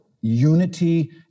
unity